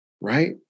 right